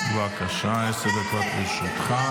--- בבקשה, עשר דקות לרשותך.